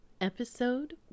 Episode